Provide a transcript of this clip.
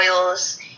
oils